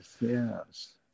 yes